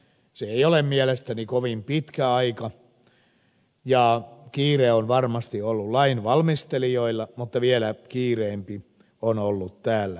se ei ole mielestäni kovin pitkä aika ja kiire on varmasti ollut lain valmistelijoilla mutta vielä kiireempi on ollut täällä eduskunnassa